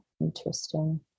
interesting